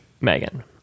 Megan